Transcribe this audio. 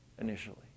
initially